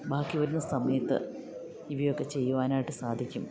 ബാക്കി വരുന്ന സമയത്ത് ഇവയൊക്കെ ചെയ്യുവാനായിട്ട് സാധിക്കും